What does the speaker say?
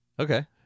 Okay